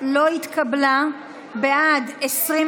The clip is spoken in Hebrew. הבטחת הכנסה (תיקון,